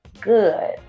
good